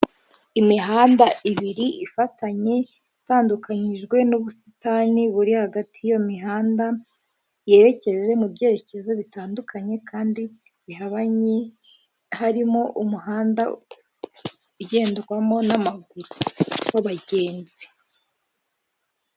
Imihanda ibiri ifatanye itandukanyijwe n'ubusitani buri hagati y'imihanda, yerekeje mu byerekezo bitandukanye kandi bihabanye harimo umuhanda ugenderwamo n'amaguru w'abagenzi.